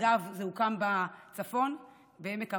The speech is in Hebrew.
אגב, זה הוקם בצפון, בעמק המעיינות,